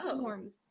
forms